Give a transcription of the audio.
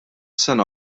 sena